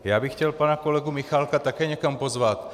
Já bych chtěl pana kolegu Michálka také někam pozvat.